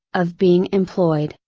of being employed,